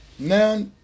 Now